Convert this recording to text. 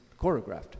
choreographed